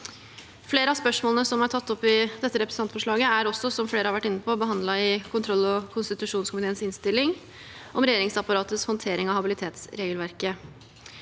Flere av spørsmålene som er tatt opp i dette representantforslaget, er også – som flere har vært inne på – behandlet i kontroll- og konstitusjonskomiteens innstilling om regjeringsapparatets håndtering av habilitetsregelverket.